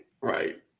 right